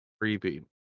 Creepy